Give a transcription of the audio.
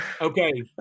okay